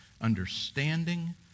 understanding